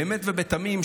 באמת ובתמים,